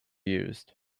used